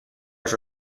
his